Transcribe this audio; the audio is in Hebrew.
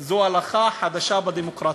הוא הלכה חדשה בדמוקרטיה.